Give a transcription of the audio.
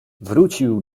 wrócił